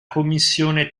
commissione